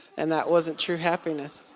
and that wasn't true happiness.